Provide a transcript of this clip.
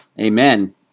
Amen